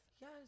Yes